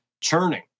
churning